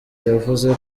yavuze